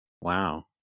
Wow